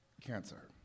Cancer